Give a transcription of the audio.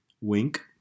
Wink